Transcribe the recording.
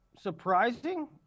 surprising –